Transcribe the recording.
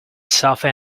sophie